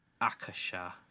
Akasha